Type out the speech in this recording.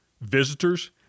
visitors